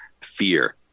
fear